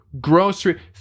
Grocery